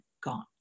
gone